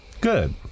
Good